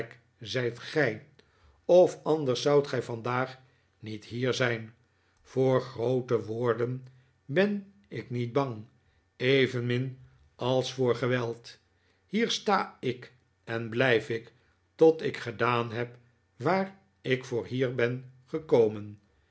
zijt gij of anders zoudt gij vandaag niet hier zijn voor groote woorden ben ik niet bang evenmin als voor geweld hier sta ik en blijf ik tot ik gedaan heb waar ik voor hier ben gekomen